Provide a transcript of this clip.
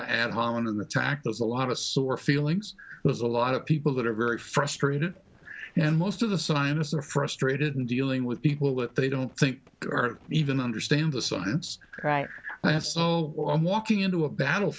of and holland in the tack there's a lot of sore feelings there's a lot of people that are very frustrated and most of the sinuses are frustrated in dealing with people that they don't think are even understand the science i have so i'm walking into a battle